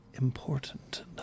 important